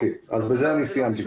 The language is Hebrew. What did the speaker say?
אם כן, בזה אני סיימתי.